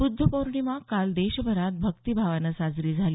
बुद्धपौर्णिमा काल देशभरात भक्तीभावानं साजरी झाली